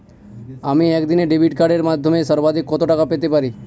আমি একদিনে ডেবিট কার্ডের মাধ্যমে সর্বাধিক কত টাকা পেতে পারি?